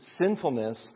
sinfulness